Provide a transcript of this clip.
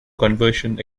conversion